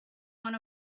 one